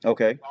Okay